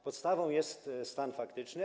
Podstawą jest stan faktyczny.